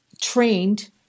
trained